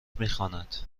میخواند